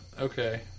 Okay